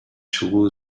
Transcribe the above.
чыгуу